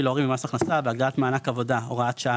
להורים במס הכנסה והגדלת מענק עבודה (הוראת שעה),